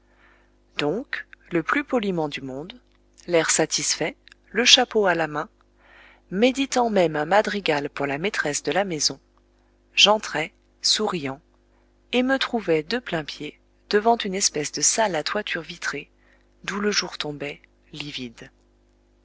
donc le plus poliment du monde l'air satisfait le chapeau à la main méditant même un madrigal pour la maîtresse de la maison j'entrai souriant et me trouvai de plain-pied devant une espèce de salle à toiture vitrée d'où le jour tombait livide